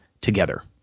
together